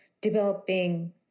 developing